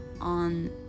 on